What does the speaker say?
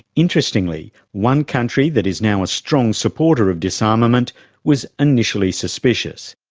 interestingly, one country that is now a strong supporter of disarmament was initially suspicious.